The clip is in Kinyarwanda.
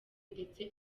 ndetse